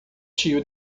tio